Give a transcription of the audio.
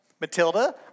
Matilda